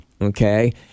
Okay